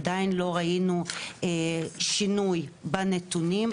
עדיין לא ראינו שינוי בנתונים,